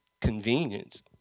convenience